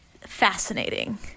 fascinating